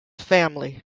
family